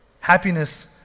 Happiness